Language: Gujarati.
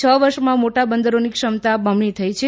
છ વર્ષમાં મોટા બંદરોની ક્ષમતા બમણી થઈ છે